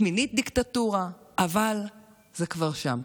שמינית דיקטטורה, אבל זה כבר שם.